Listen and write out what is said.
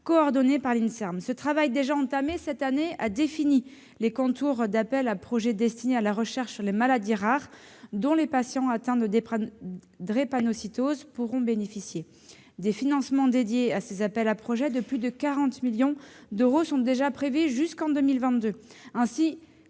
coordonné par l'Inserm. Ce travail déjà entamé cette année a défini les contours d'appels à projets destinés à la recherche sur les maladies rares, dont les patients atteints de drépanocytose pourront bénéficier. Des financements spécifiques de plus de 40 millions d'euros sont déjà prévus jusqu'en 2022.